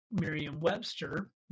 Merriam-Webster